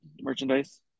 merchandise